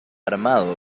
armado